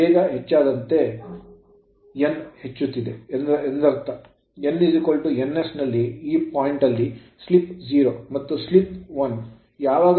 ವೇಗ ಹೆಚ್ಚಾದಂತೆ n ಹೆಚ್ಚುತ್ತಿದೆ ಎಂದರ್ಥ n ns ನಲ್ಲಿ ಈ ಪಾಯಿಂಟ್ ಅಲ್ಲಿ slip ಸ್ಲಿಪ್ 0